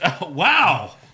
Wow